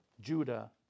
Judah